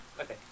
Okay